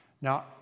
Now